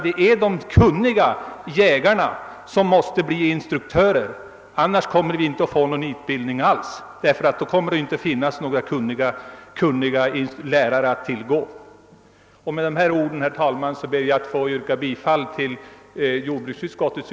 Det är de kunniga jägarna som måste vara instruktörer, annars blir det ingen utbildning alls. Med dessa ord. ber jag, herr talman, att få yrka bifall till utskottets.